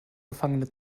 gefangene